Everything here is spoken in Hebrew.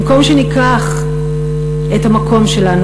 במקום שניקח את המקום שלנו,